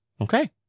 Okay